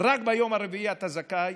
רק ביום הרביעי אתה זכאי